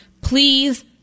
please